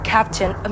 Captain